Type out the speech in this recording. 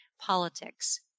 politics